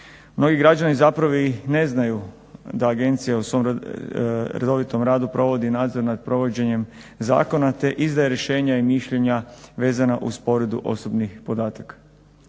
Mnogi građani zapravo i ne znaju da agencija u svom redovitom radu provodi nadzor nad provođenjem zakona, te izdaje rješenja i mišljenja vezana uz povredu osobnih podataka.